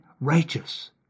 righteous